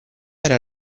era